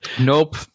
Nope